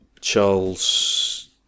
charles